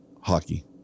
Hockey